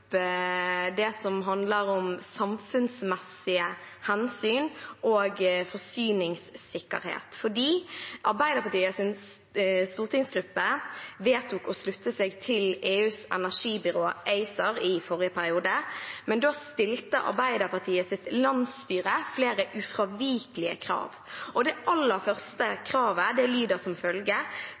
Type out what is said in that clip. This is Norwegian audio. det som handler om samfunnsmessige hensyn og forsyningssikkerhet. Arbeiderpartiets stortingsgruppe vedtok å slutte seg til EUs energibyrå ACER i forrige periode, men da stilte Arbeiderpartiets landsstyre flere ufravikelige krav. Det aller første kravet lyder som